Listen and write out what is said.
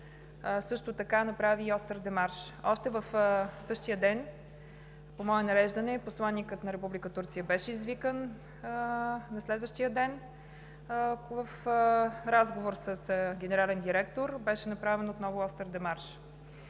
Турция направи и остър демарш. Още в същия ден по мое нареждане посланикът на Република Турция беше извикан на следващия ден. В разговор с генерален директор беше направен отново остър демарш.